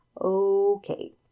Okay